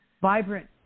vibrant